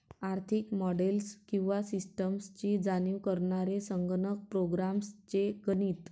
आर्थिक मॉडेल्स किंवा सिस्टम्सची जाणीव करणारे संगणक प्रोग्राम्स चे गणित